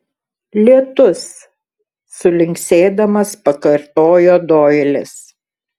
lietus sulinksėdamas pakartojo doilis